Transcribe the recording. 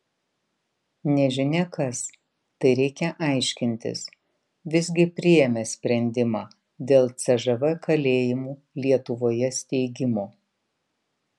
nežinia kas tai reikia aiškintis visgi priėmė sprendimą dėl cžv kalėjimų lietuvoje steigimo